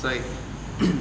所以